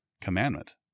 commandment